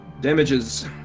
damages